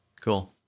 Cool